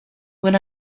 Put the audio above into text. when